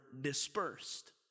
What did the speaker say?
dispersed